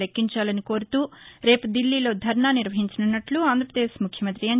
లెక్కించాలని కోరుతూ రేపు ఢిల్లీలో ధర్నా నిర్వహించనున్నట్లు ఆంధ్రప్రదేశ్ ముఖ్యమంత్రి ఎన్